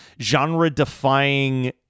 genre-defying